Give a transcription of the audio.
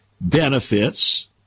benefits